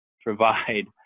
provide